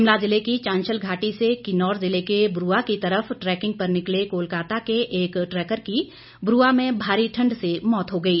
शिमला ज़िले की चाशंल घाटी से किन्नौर जिले के ब्रआ की तरफ ट्रैकिंग पर निकले कोलकाता के एक ट्रैकर की ब्रुआ में भारी ठंड से मौत हो गई